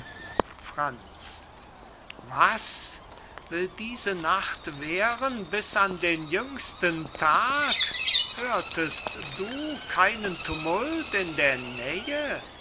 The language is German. franz was will diese nacht währen bis an den jüngsten tag hörtest du keinen tumult in der nähe